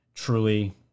truly